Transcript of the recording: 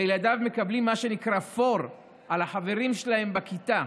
וילדיו מקבלים מה שנקרא "פור" על החברים שלהם בכיתה.